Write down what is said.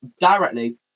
directly